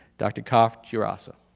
dr. kof dzirasa.